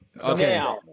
Okay